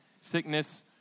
sickness